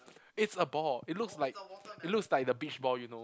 it's a ball it looks like it looks like the beach ball you know